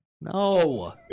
No